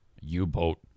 U-boat